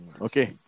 Okay